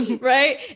right